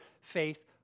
faith